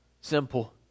simple